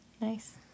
nice